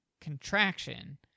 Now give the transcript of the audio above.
contraction